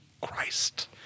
Christ